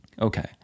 Okay